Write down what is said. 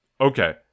Okay